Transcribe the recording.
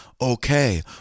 okay